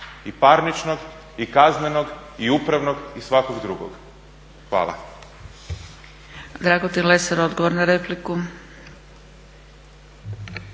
i parničnog i kaznenog i upravnog i svakog drugog. Hvala.